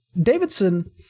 Davidson